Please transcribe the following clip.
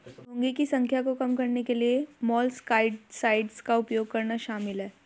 घोंघे की संख्या को कम करने के लिए मोलस्कसाइड्स का उपयोग करना शामिल है